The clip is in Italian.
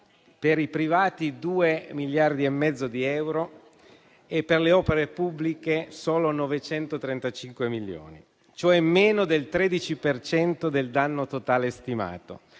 per i privati 2,5 miliardi di euro e per le opere pubbliche solo 935 milioni, cioè meno del 13 per cento del danno totale stimato.